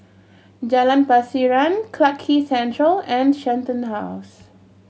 Jalan Pasiran Clarke Central and Shenton House